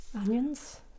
Onions